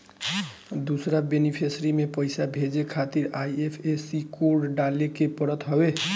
दूसरा बेनिफिसरी में पईसा भेजे खातिर आई.एफ.एस.सी कोड डाले के पड़त हवे